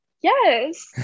Yes